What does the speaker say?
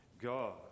God